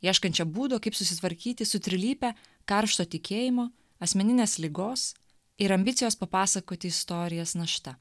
ieškančią būdo kaip susitvarkyti su trilype karšto tikėjimo asmeninės ligos ir ambicijos papasakoti istorijas našta